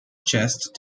chest